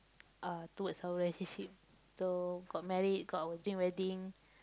uh towards our relationship so got married got our dream wedding